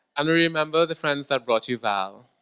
and remember the friends that brought you val,